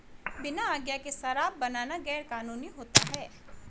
बिना आज्ञा के शराब बनाना गैर कानूनी होता है